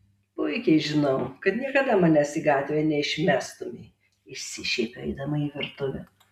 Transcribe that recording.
puikiai žinau kad niekada manęs į gatvę neišmestumei išsišiepiu eidama į virtuvę